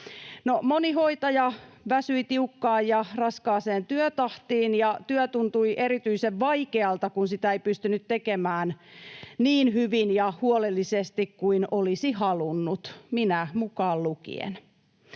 Moni hoitaja väsyi tiukkaan ja raskaaseen työtahtiin, ja työ tuntui erityisen vaikealta, kun sitä ei pystynyt tekemään niin hyvin ja huolellisesti kuin olisi halunnut, minä mukaan lukien.